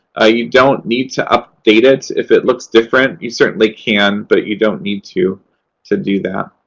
ah you don't need to update it if it looks different. you certainly can, but you don't need to to do that.